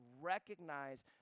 recognize